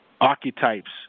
archetypes